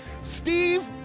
Steve